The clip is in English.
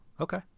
Okay